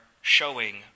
showing